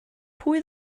pwy